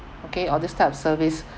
okay or this type of service